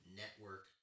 network